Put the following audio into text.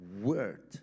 word